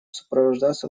сопровождаться